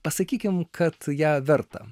pasakykim kad ją verta